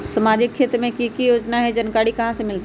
सामाजिक क्षेत्र मे कि की योजना है जानकारी कहाँ से मिलतै?